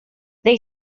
they